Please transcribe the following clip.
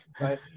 Right